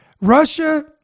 Russia